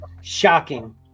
shocking